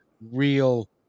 real